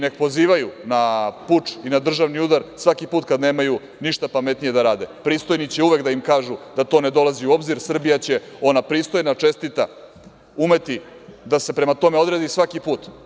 Neka pozivaju na puč i na državni udar svaki put kada nemaju ništa pametnije da rade, pristojni će uvek da im kažu da to ne dolazi u obzir, Srbija će, ona pristojna, čestita, umeti da se prema tome odredi svaki put.